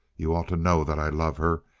you ought to know that i love her,